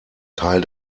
teil